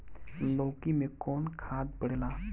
लौकी में कौन खाद पड़ेला?